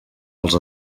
els